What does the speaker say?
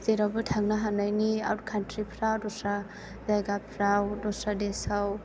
जेरावबो थांनो हानायनि आउट काउन्ट्रि फोराव दस्रा जायगाफोराव दस्रा देसआव